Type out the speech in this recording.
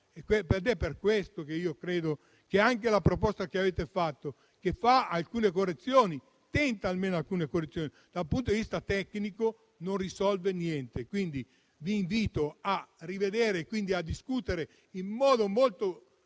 ed è per questo che io credo che anche la proposta che avete fatto, che tenta almeno alcune correzioni, da un punto di vista tecnico non risolve niente. Quindi, vi invito a rivedere e a discutere in modo molto